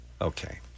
Okay